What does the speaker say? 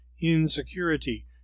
insecurity